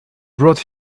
brought